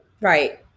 right